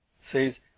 says